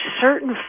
certain